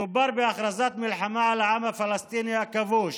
מדובר בהכרזת מלחמה על העם הפלסטיני הכבוש